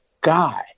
guy